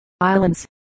islands